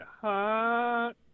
hot